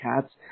cats